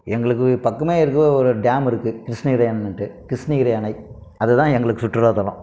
எங்களுக்கு பக்கமே இருக்கற ஒரு டேம் இருக்குது கிருஷ்ணகிரின்ட்டு கிருஷ்ணகிரி அணை அது தான் எங்களுக்கு சுற்றுலாத்தலம்